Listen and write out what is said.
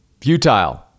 futile